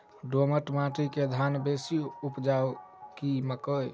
दोमट माटि मे धान बेसी उपजाउ की मकई?